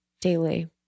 Daily